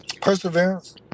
Perseverance